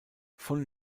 von